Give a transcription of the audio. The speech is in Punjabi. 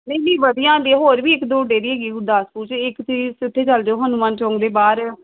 ਨਹੀਂ ਨਹੀਂ ਵਧੀਆ ਆਉਂਦੇ ਹੈ ਹੋਰ ਵੀ ਇੱਕ ਦੋ ਡੇਅਰੀ ਹੈਗੀ ਗੁਰਦਾਸਪੁਰ 'ਚ ਇੱਕ ਤਾਂ ਉੱਥੇ ਚੱਲ ਜਾਉ ਹਨੂਮਾਨ ਚੌਂਕ ਦੇ ਬਾਹਰ